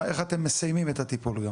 איך אתם גם מסיימים את הטיפול?